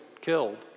killed